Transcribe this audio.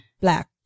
black